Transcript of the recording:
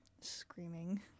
Screaming